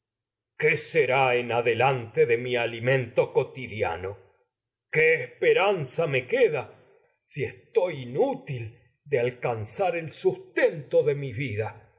será esperanza adelante de mi ali mento cotidiano qué me queda si estoy in útil aire de alcanzar el sustento de me mi con vida